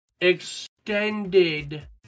Extended